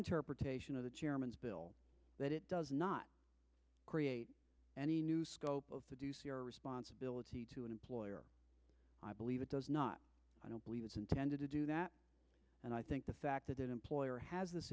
interpretation of the chairman's bill that it does not create any new scope of responsibility to an employer i believe it does not i don't believe it's intended to do that and i think the fact that an employer has this